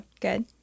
Good